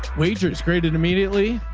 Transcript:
wagers graded immediately.